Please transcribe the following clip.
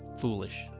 foolish